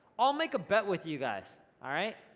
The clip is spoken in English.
i'll make a bet with you guys, all right?